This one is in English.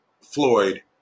Floyd